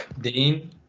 Dean